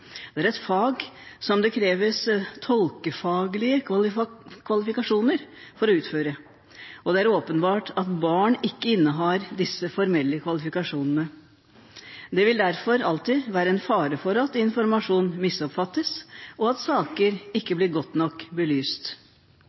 Det er et fag som det kreves tolkefaglige kvalifikasjoner for å utføre, og det er åpenbart at barn ikke innehar disse formelle kvalifikasjonene. Det vil derfor alltid være en fare for at informasjon misoppfattes, og at saker ikke blir godt nok belyst.